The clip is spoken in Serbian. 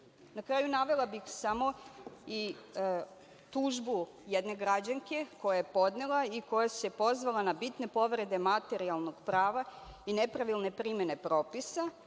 kraju, navela bih samo tužbu jedne građanke koja je podnela i koja se pozvala na bitne povrede materijalnog prava i nepravilne primene propisa.